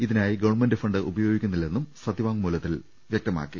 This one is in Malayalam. ഇതിനായി ഗവൺമെന്റ് ഫണ്ട് ഉപയോഗിക്കുന്നില്ലെന്നും സത്യവാങ്മൂലത്തിൽ അറി യിച്ചു